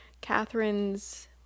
Catherine's